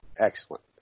Excellent